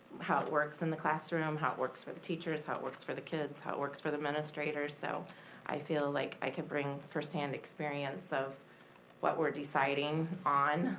how it works in the classroom, how it works for the teachers, how it works for the kids, how it works for the administrators. so i feel like i can bring first hand experience of what we're deciding on.